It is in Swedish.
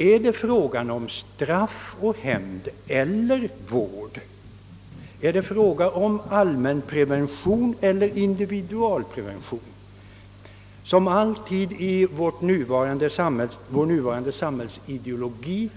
Är det fråga om straff, hämnd eller vård? Är det fråga om allmänprevention eller <individualprevention? Som alltid i vår nuvarande samhällsideologi